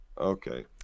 Okay